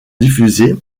diffusées